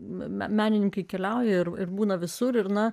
menininkai keliauja ir būna visur ir na